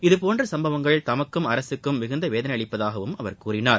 இதுபோன்ற சம்பவங்கள் தமக்கும் அரகக்கும் மிகுந்த வேதனையளிப்பதாகவும் அவர் கூறினார்